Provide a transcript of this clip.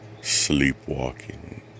sleepwalking